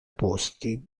posti